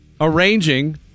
arranging